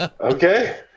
Okay